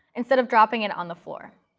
instead of dropping it on the floor.